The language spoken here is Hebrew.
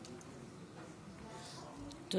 עשר דקות.